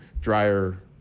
drier